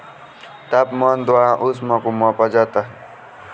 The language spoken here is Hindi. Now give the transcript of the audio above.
तापमान द्वारा ऊष्मा को मापा जाता है